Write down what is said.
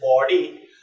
body